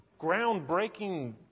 groundbreaking